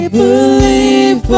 believe